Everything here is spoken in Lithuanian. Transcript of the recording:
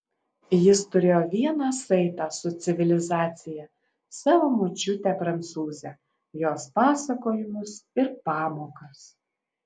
jis turėjo vieną saitą su civilizacija savo močiutę prancūzę jos pasakojimus ir pamokas